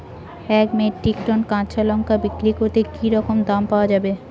এক metric tonne কাঁচা লঙ্কা বিক্রি করলে কি রকম দাম পাওয়া যাবে?